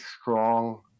strong